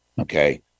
Okay